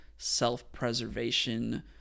self-preservation